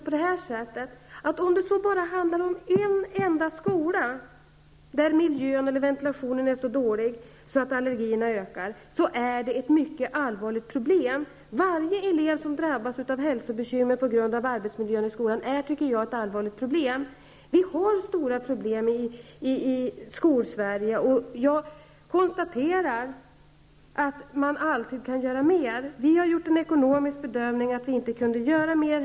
Om det så handlar om bara en enda skola, där miljön eller ventilationen är så dålig att allergierna ökar, är det ett mycket allvarligt problem. Varje elev som drabbas av hälsobekymmer på grund av arbetsmiljön i skolan är ett allvarligt problem. Det finns alltså stora problem i Skolsverige. Jag konstaterar att man alltid kan göra mer. Vi har gjort en ekonomisk bedömning att vi inte kan göra mer.